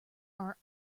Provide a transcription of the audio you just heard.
are